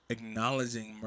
Acknowledging